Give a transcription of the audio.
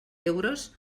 euros